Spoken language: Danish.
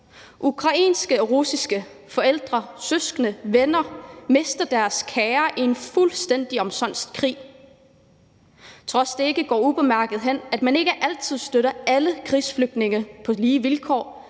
Ukrainske og russiske forældre, søskende, venner mister deres kære i en fuldstændig omsonst krig. På trods af at det ikke går ubemærket hen, at man ikke altid støtter alle krigsflygtninge ud fra lige vilkår,